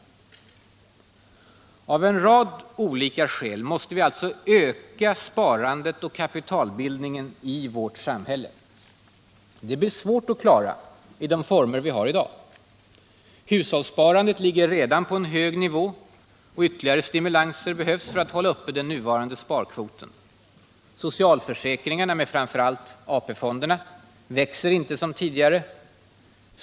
Av en rad olika skäl måste vi alltså öka sparandet och kapitalbildningen i vårt samhälle. Det blir svårt att klara i de former vi i dag har. Hushållssparandet ligger redan på en hög nivå, och ytterligare stimulanser behövs för att hålla uppe den nuvarande sparkvoten. Socialförsäkringarna, med framför allt AP-fonderna, växer inte som tidigare.